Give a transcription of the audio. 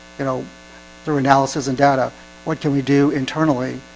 you know through analysis and data what can we do internally?